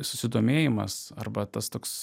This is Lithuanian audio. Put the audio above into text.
susidomėjimas arba tas toks